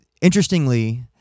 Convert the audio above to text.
interestingly